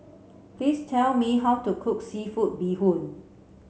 please tell me how to cook seafood bee hoon